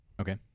Okay